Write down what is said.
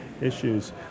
issues